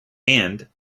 and